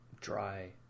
dry